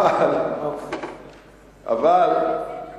בציניות, כן,